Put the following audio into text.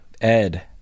Ed